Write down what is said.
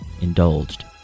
indulged